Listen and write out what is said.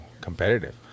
competitive